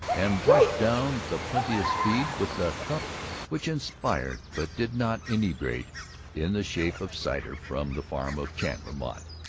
and washed down the plenteous feed with the cup which inspired but did not inebriate in the shape of cider from the farm of chandler mott,